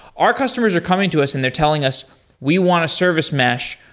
our customers are coming to us and they're telling us we want a service mesh.